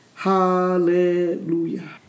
Hallelujah